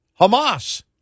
Hamas